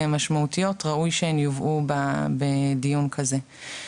ראוי שהן יובאו בדיון כזה.